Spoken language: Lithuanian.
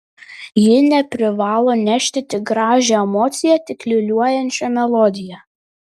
ji neprivalo nešti tik gražią emociją tik liūliuojančią melodiją